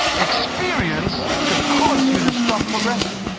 experience could cause you to stop progressing,